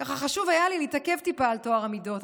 ככה, חשוב היה לי להתעכב טיפה על טוהר המידות.